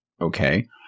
okay